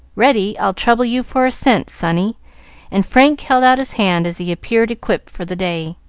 ready! i'll trouble you for a cent, sonny and frank held out his hand as he appeared equipped for the day.